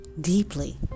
deeply